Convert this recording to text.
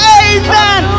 amen